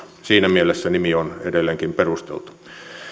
siinä mielessä nimi on edelleenkin perusteltu